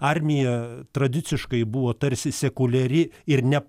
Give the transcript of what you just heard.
armija tradiciškai buvo tarsi sekuliari ir ne